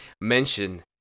mention